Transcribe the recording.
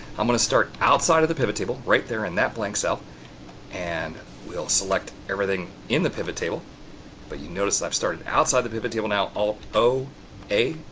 i'm going to start outside of the pivottable right there in that blank cell and we'll select everything in the pivottable but you notice i've started outside the pivottable, now alt o a.